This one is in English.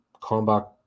combat